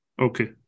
Okay